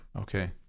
Okay